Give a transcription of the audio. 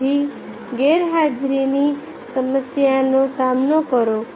તેથી ગેરહાજરીની સમસ્યાનો સામનો કરો